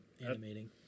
animating